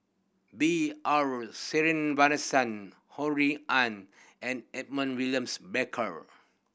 B R Sreenivasan Ho Rui An and Edmund Williams Barker